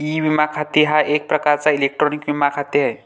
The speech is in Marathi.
ई विमा खाते हा एक प्रकारचा इलेक्ट्रॉनिक विमा खाते आहे